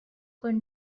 con